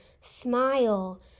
smile